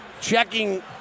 checking